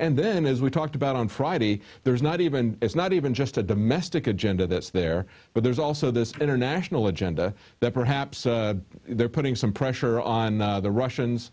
and then as we talked about on friday there is not even is not even just a domestic agenda that's there but there's also this international agenda that perhaps they're putting some pressure on the russians